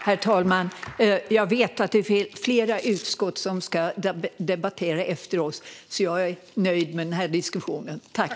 Herr talman! Jag vet att det är flera utskott som ska debattera efter oss, så jag är nöjd med den här diskussionen. Tack!